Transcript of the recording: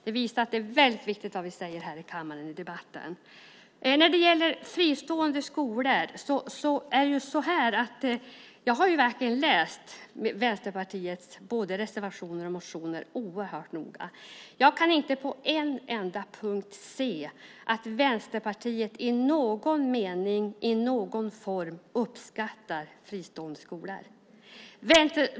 Det visar att det är väldigt viktigt vad vi säger i debatten här i kammaren. När det gäller fristående skolor har jag verkligen läst Vänsterpartiets både reservationer och motioner oerhört noga. Jag kan inte på en enda punkt se att Vänsterpartiet i någon mening i någon form uppskattar fristående skolor.